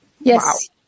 Yes